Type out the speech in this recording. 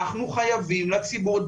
אנחנו חייבים לציבור,